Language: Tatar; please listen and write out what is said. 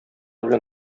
белән